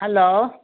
hello